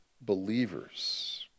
believers